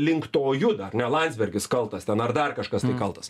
link to juda ar ne landsbergis kaltas ten ar dar kažkas tai kaltas